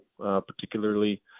particularly